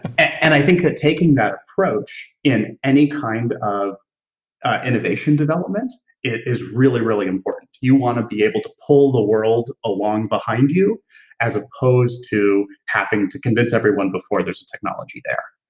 and i think that taking that approach in any kind of innovation development is really, really important. you wanna be able to pull the world along behind you as opposed to having to convince everyone before there's technology there.